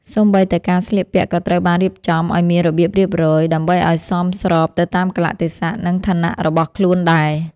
សូម្បីតែការស្លៀកពាក់ក៏ត្រូវបានរៀបចំឱ្យមានរបៀបរៀបរយ ដើម្បីឱ្យសមស្របទៅតាមកាលៈទេសៈ និងឋានៈរបស់ខ្លួនដែរ។